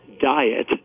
diet